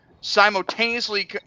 simultaneously